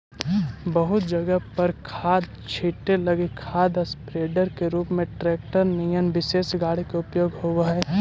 बहुत जगह पर खाद छीटे लगी खाद स्प्रेडर के रूप में ट्रेक्टर निअन विशेष गाड़ी के उपयोग होव हई